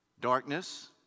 darkness